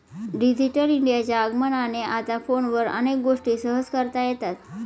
digital इंडियाच्या आगमनाने आता फोनवर अनेक गोष्टी सहज करता येतात